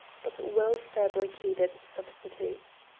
but well fabricated substitutes.